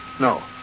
No